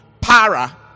Para